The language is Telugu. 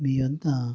మీ వద్ద